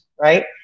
right